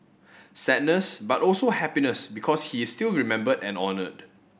sadness but also happiness because he is still remembered and honoured